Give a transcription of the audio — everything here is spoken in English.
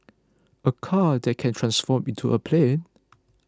a car that can transform into a plane